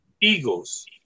Eagles